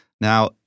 Now